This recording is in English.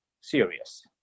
serious